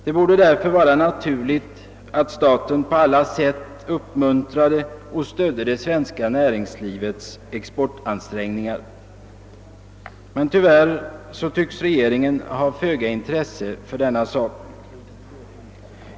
Det borde därför vara naturligt att staten på alla sätt uppmuntrade och stödde det svenska näringslivets exportansträngningar. Men tyvärr tycks regeringen ha föga intresse för den saken.